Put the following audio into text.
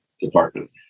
department